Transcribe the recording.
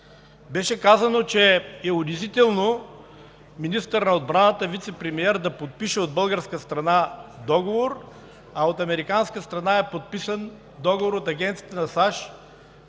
Беше казано, че е унизително министър на отбраната – вицепремиер, да подпише от българска страна договор, а от американска страна да е подписан от Агенцията за